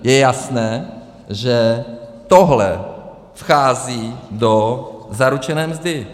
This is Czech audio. Je jasné, že tohle vchází do zaručené mzdy.